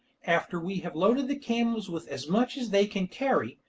after we have loaded the camels with as much as they can carry,